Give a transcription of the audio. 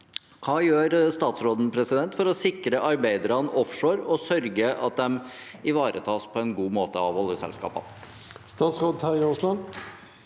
Hva gjør statsråden for å sikre arbeiderne offshore og sørge for at de ivaretas på en god nok måte av oljeselskapene?»